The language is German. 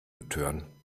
betören